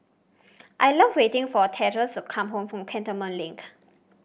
I love waiting for Theodis to come home from Cantonment Lint